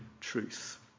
truth